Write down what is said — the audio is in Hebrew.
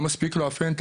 לא מספיק לו הפנטה,